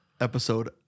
episode